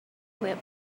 whip